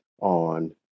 on